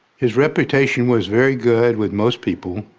his reputation was very good with most people.